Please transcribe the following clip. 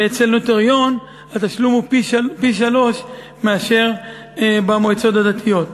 ואצל נוטריון התשלום הוא פי-שלושה מאשר במועצות הדתיות.